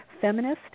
feminist